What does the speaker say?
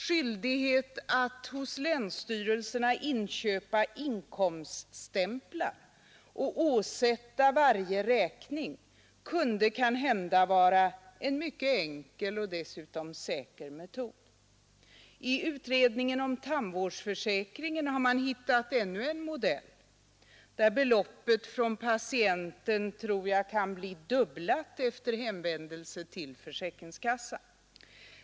Skyldighet att hos länsstyrelserna inköpa inkomststämplar och påsätta varje räkning skulle kanhända vara en mycket enkel och dessutom mycket säker metod. I utredningen om tandvårdsförsäkringen har man hittat ännu en modell, där beloppet från patienten kan bli dubblat efter hänvändelse till försäkringskassan.